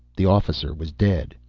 the officer was dead.